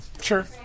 Sure